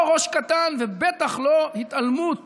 לא ראש קטן, ובטח לא התעלמות